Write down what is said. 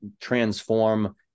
transform